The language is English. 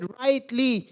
rightly